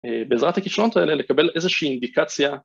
בעזרת הכישלונות האלה לקבל איזושהי אינדיקציה.